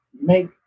make